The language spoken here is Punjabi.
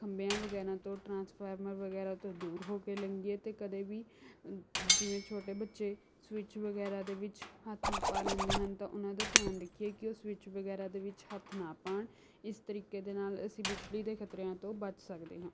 ਖੰਭਿਆਂ ਵਗੈਰਾ ਤੋਂ ਟਰਾਂਸਫਾਰਮਰ ਵਗੈਰਾ ਤੋਂ ਦੂਰ ਹੋ ਕੇ ਲੰਘੀਏ ਅਤੇ ਕਦੇ ਵੀ ਜਿਵੇਂ ਛੋਟੇ ਬੱਚੇ ਸਵਿੱਚ ਵਗੈਰਾ ਦੇ ਵਿੱਚ ਹੱਥ ਪਾ ਲੈਂਦੇ ਹਨ ਤਾਂ ਉਹਨਾਂ ਦਾ ਧਿਆਨ ਰੱਖੀਏ ਕਿ ਉਹ ਸਵਿੱਚ ਵਗੈਰਾ ਦੇ ਵਿੱਚ ਹੱਥ ਨਾ ਪਾਉਣ ਇਸ ਤਰੀਕੇ ਦੇ ਨਾਲ ਅਸੀਂ ਬਿਜਲੀ ਦੇ ਖ਼ਤਰਿਆਂ ਤੋਂ ਬੱਚ ਸਕਦੇ ਹਾਂ